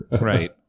Right